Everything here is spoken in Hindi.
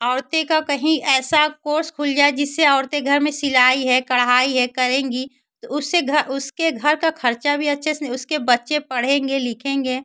औरतों का कहीं ऐसा कोर्स खुल जाए जिससे औरतें घर में सिलाई है कढ़ाई है करेंगी तो उससे घर उसके घर का ख़र्चा भी अच्छे से उसके बच्चे पढ़ेंगे लिखेंगे